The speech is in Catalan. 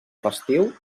festiu